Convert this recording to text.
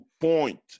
point